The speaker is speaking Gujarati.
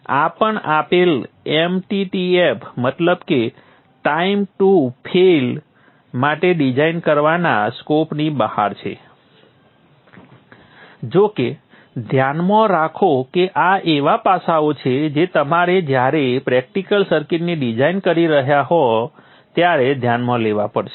આ પણ આપેલ mttf મતલબ કે ટાઈમ ટુ ફેઇલ માટે ડિઝાઇન કરવાના સ્કોપની બહાર છે જો કે તે ધ્યાનમાં રાખો કે આ એવા પાસાઓ છે જે તમારે જ્યારે પ્રેક્ટિકલ સર્કિટની ડિઝાઇન કરી રહ્યા હોવ ત્યારે ધ્યાનમાં લેવા પડશે